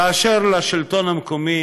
אשר לשלטון המקומי,